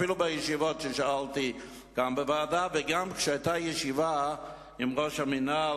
לא בישיבות הוועדה וגם לא כשהיתה ישיבה עם ראש המינהל